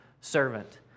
servant